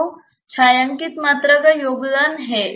तो छायांकित मात्रा का योगदान है